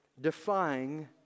defying